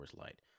Light